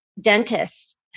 dentists